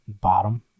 bottom